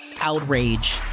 outrage